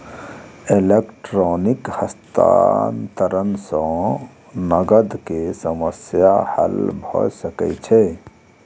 electronic हस्तांतरण सॅ नकद के समस्या हल भ सकै छै